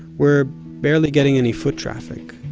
were barely getting any foot traffic.